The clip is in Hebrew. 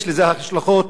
יש לזה השלכות